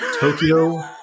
Tokyo